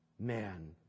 Man